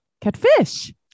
Catfish